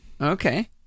Okay